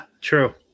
true